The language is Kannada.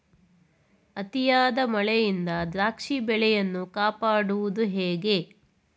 ಅತಿಯಾದ ಮಳೆಯಿಂದ ದ್ರಾಕ್ಷಿ ಬೆಳೆಯನ್ನು ಕಾಪಾಡುವುದು ಹೇಗೆ?